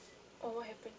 oh what happened